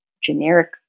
generic